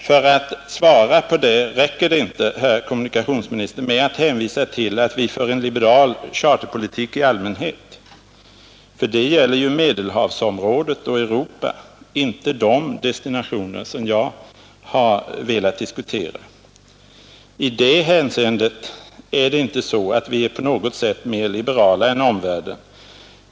För att svara på det räcker det inte, herr kommunikationsminister, med att hänvisa till att vi för en liberal charterpolitik i allmänhet; detta gäller ju Medelhavsområdet oh Europa, inte de destinationer som jag har velat diskutera. Vad det gäller dessa destinationer är det inte så att vi på något sätt är mer liberala än omvärlden.